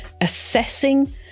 assessing